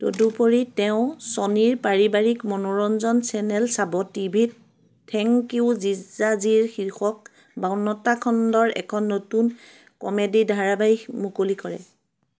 তদুপৰি তেওঁ ছ'নীৰ পাৰিবাৰিক মনোৰঞ্জন চেনেল ছাব টিভিত থেংক ইউ জিজাজীৰ শীৰ্ষক বাৱন্নটা খণ্ডৰ এখন নতুন কমেডী ধাৰাবাহিক মুকলি কৰে